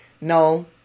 No